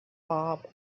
bob